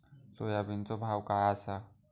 सोयाबीनचो भाव काय आसा?